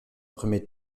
premier